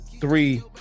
three